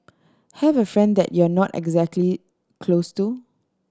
have a friend that you're not exactly close to